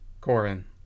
Corin